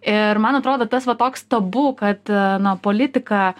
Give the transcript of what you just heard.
ir man atrodo tas va toks tabu kad na politika